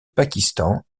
pakistan